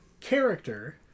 character